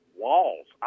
walls